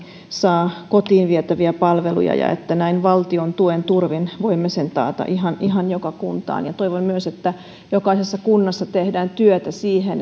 saa kotiin vietäviä palveluja ja että näin valtion tuen turvin voimme sen taata ihan ihan joka kuntaan ja toivon myös että jokaisessa kunnassa tehdään työtä sen eteen